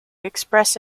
express